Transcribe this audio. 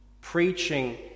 Preaching